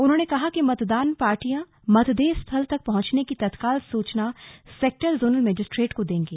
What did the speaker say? उन्होंने कहा कि मतदान पार्टीयां मतदेय स्थल तक पहुंचने की तत्काल सूचना सेक्टर जोनल मजिस्ट्रेट को देंगे